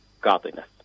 godliness